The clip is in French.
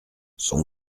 son